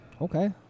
Okay